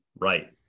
right